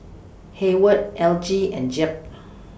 Hayward Elgie and Jep